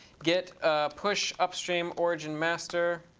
get push upstream origin master.